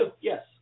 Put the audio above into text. Yes